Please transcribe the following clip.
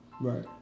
Right